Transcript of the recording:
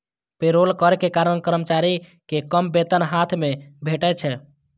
payroll कर के कारण कर्मचारी कें कम वेतन हाथ मे भेटै छै